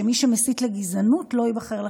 שמי שמסית לגזענות לא ייבחר לכנסת.